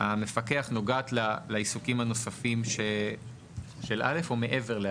המפקח נוגעת לעיסוקים הנוספים של א' או מעבר לא'?